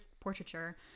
portraiture